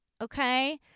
okay